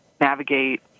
navigate